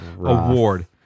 award